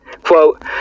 Quote